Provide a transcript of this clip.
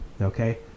okay